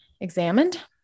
examined